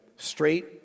Straight